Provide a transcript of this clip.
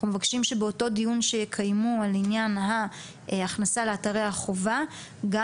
אנחנו מבקשים שבאותו דיון שיקיימו על עניין ההכנסה לאתרי החובה גם